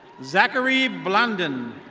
zachary blondon.